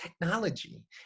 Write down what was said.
technology